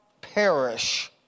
perish